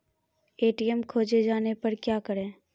ATM खोजे जाने पर क्या करें?